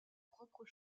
propres